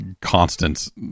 constants